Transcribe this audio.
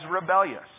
rebellious